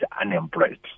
unemployed